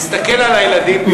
תסתכל על הילדים,